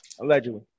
allegedly